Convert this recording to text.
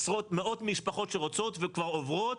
עשרות מאות משפחות שרוצות וכבר עוברות,